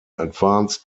advanced